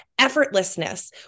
effortlessness